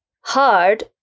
hard